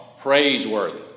praiseworthy